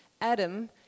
Adam